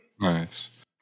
Nice